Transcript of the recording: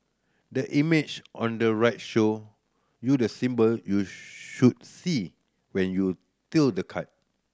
the image on the right show you the symbol you should see when you tilt the card